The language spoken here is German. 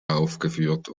aufgeführt